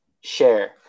share